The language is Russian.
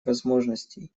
возможностей